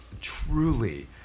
Truly